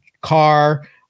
car